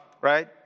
right